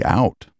out